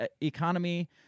economy